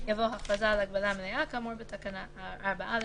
בתקנה 1(2),